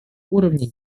уровня